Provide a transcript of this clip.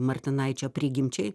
martinaičio prigimčiai